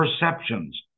perceptions